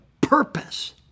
purpose